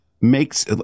makes